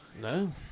No